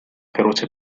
feroce